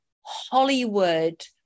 Hollywood